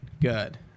good